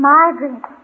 Margaret